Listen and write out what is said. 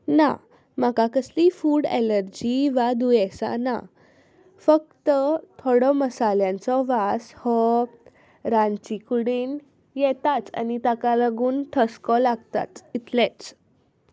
ना म्हाका कसलीं फूड एलर्जी वा दुयेंसां ना फक्त थोडो मसाल्यांचो वास हो रांदची कुडीन येताच आनी ताका लागून ठसको लागताच इतलेंच